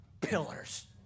pillars